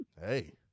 Hey